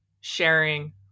sharing